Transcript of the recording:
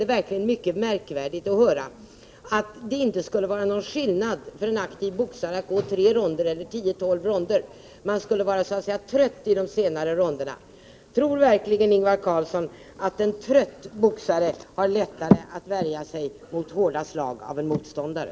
Det är mycket märkvärdigt att höra att det inte skulle vara någon skillnad för en aktiv boxare mellan att gå tre ronder och att gå tio eller tolv, utom att han skulle vara så att säga trött i de senare ronderna. Tror verkligen Ingvar Karlsson att en trött boxare har lättare att värja sig mot hårda slag av en motståndare?